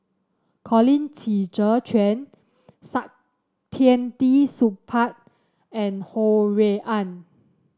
Colin Qi Zhe Quan Saktiandi Supaat and Ho Rui An